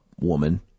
woman